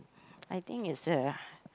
I think it's a